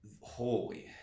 holy